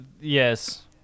Yes